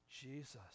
Jesus